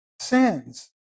sins